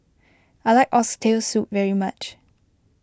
I like Oxtail Soup very much